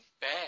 bad